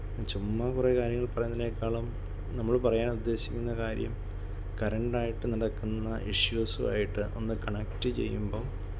ചുമ്മാ കുറേ കാര്യങ്ങൾ പറയുന്നതിനേക്കാളും നമ്മൾ പറയാൻ ഉദ്ദേശിക്കുന്ന കാര്യം കറണ്ട് ആയിട്ട് നടക്കുന്ന ഇഷ്യൂസുമായിട്ട് ഒന്ന് കണക്റ്റ് ചെയ്യുമ്പം